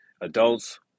Adults